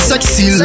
Sexy